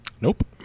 Nope